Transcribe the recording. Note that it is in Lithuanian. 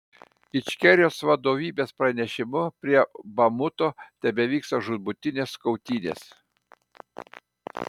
ičkerijos vadovybės pranešimu prie bamuto tebevyksta žūtbūtinės kautynės